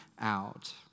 out